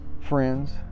friends